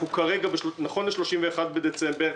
נכון ל-31 בדצמבר,